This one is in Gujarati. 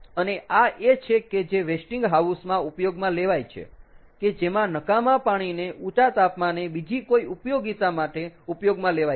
અને આ એ છે કે જે વેસ્ટીંગ હાઉસ માં ઉપયોગમાં લેવાય છે કે જેમાં નકામા પાણીને ઊંચા તાપમાને બીજી કોઈ ઉપયોગીતા માટે ઉપયોગમાં લેવાય છે